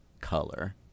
color